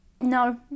No